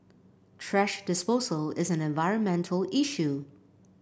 thrash disposal is an environmental issue